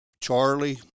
Charlie